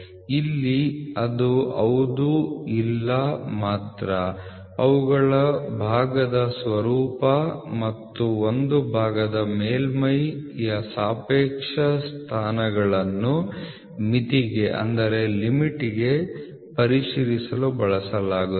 ಇಲ್ಲಿ ಅದು ಹೌದು ಇಲ್ಲ ಮಾತ್ರ ಅವುಗಳ ಭಾಗದ ಸ್ವರೂಪ ಮತ್ತು ಒಂದು ಭಾಗದ ಮೇಲ್ಮೈಯ ಸಾಪೇಕ್ಷ ಸ್ಥಾನಗಳನ್ನು ಮಿತಿಗೆ ಪರಿಶೀಲಿಸಲು ಬಳಸಲಾಗುತ್ತದೆ